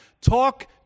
talk